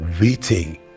waiting